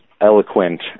eloquent